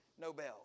Nobel